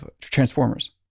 Transformers